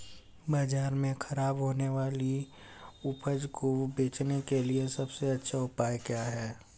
बाजार में खराब होने वाली उपज को बेचने के लिए सबसे अच्छा उपाय क्या है?